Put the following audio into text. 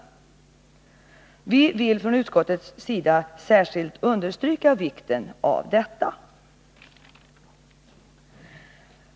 Vi vill från utskottets sida särskilt understryka vikten av detta.